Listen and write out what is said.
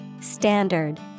Standard